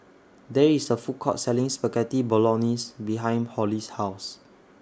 There IS A Food Court Selling Spaghetti Bolognese behind Holly's House